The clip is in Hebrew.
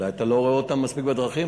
אולי אתה לא רואה אותם מספיק בדרכים.